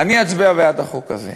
אני אצביע בעד החוק הזה,